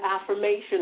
affirmation